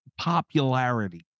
popularity